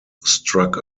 struck